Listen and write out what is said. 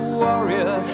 warrior